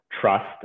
trust